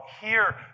hear